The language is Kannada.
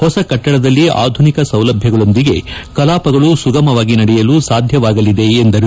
ಹೊಸ ಕಟ್ಟಡದಲ್ಲಿ ಆಧುನಿಕ ಸೌಲಭ್ವಗಳೊಂದಿಗೆ ಕಲಾಪಗಳು ಸುಗಮವಾಗಿ ನಡೆಯಲು ಸಾಧ್ಯವಾಗಲಿದೆ ಎಂದರು